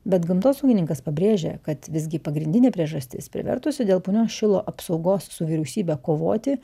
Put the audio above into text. bet gamtosaugininkas pabrėžia kad visgi pagrindinė priežastis privertusi dėl punios šilo apsaugos su vyriausybe kovoti